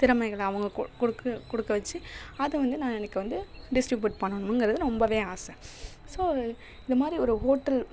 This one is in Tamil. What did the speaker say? திறமைகளை அவங்க கு கொடுக்க கொடுக்க வெச்சு அதை வந்து நான் எனக்கு வந்து டிஸ்ட்ரிபியூட் பண்ணணுங்கிறது ரொம்பவே ஆசை ஸோ இதைமாரி ஒரு ஹோட்டல்